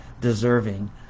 deserving